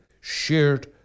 shared